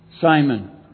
Simon